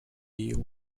reeve